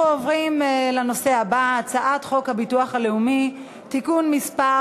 אנחנו עוברים לנושא הבא: הצעת חוק הביטוח הלאומי (תיקון מס'